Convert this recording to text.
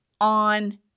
on